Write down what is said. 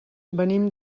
venim